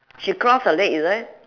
she cross her leg is it